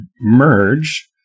merge